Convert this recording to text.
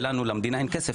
ולנו למדינה אין כסף,